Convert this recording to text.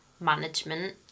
management